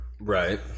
Right